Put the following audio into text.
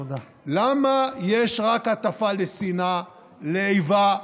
למה יש רק הטפה לשנאה, לאיבה,